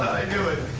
knew it.